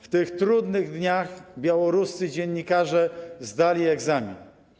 W tych trudnych dniach białoruscy dziennikarze zdali egzamin.